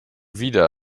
wieder